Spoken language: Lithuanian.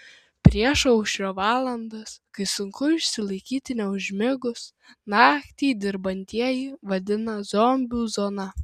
priešaušrio valandas kai sunku išsilaikyti neužmigus naktį dirbantieji vadina zombių zona